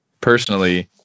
personally